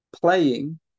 playing